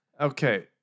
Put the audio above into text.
Okay